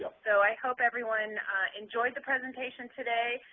so i hope everyone enjoyed the presentation today.